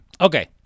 Okay